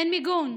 אין מיגון.